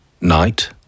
Night